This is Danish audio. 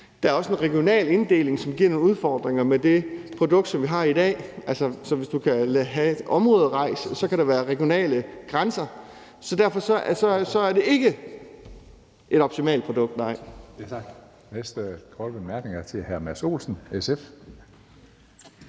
Der er også en regional inddeling, som giver nogle udfordringer med det produkt, som vi har i dag. Med rejser over områder kan der være regionale grænser. Derfor er det ikke et optimalt produkt,